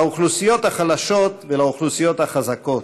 לאוכלוסיות החלשות ולאוכלוסיות החזקות,